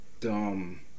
dumb